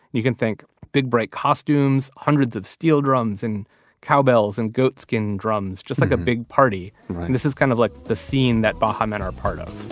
you can think, big bright costumes, hundreds of steel drums and cowbells and goatskin drums, just like a big party. and this is kind of like the scene that baha men are part of